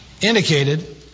indicated